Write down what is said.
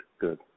good